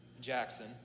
Jackson